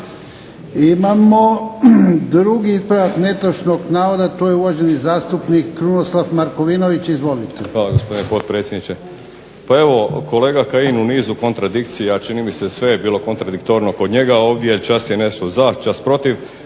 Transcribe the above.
Imamo drugi ispravak netočnog navoda. To je uvaženi zastupnik Krunoslav Markovinović. Izvolite. **Markovinović, Krunoslav (HDZ)** Hvala gospodine potpredsjedniče. Pa evo kolega Kajin u nizu kontradikcija, a čini mi se sve je bilo kontradiktorno kod njega ovdje. Čas je nešto za, čas protiv.